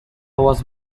was